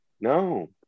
No